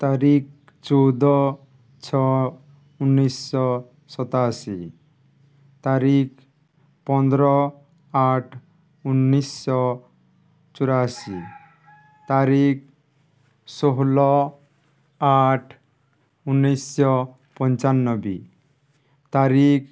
ତାରିିଖ ଚଉଦ ଛଅ ଉନେଇଶହ ସତାଅଶୀ ତାରିଖ ପନ୍ଦର ଆଠ ଉନିଶ ଚଉରାଅଶୀ ତାରିଖ ଷୋହଲ ଆଠ ଉନେଇଶହ ପଞ୍ଚାନବେ ତାରିିଖ